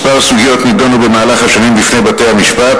כמה סוגיות נדונו במהלך השנים בפני בתי-המשפט